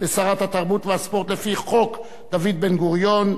לשרת התרבות והספורט לפי חוק דוד בן-גוריון,